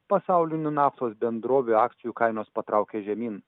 pasaulinių naftos bendrovių akcijų kainos patraukė žemyn